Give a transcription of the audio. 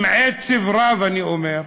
בעצב רב אני אומר,